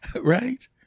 Right